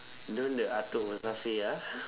don't the atuk versace ya